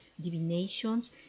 divinations